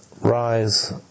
rise